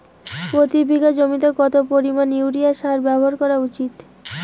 প্রতি বিঘা জমিতে কত পরিমাণ ইউরিয়া সার ব্যবহার করা উচিৎ?